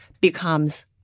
becomes